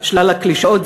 שלל הקלישאות.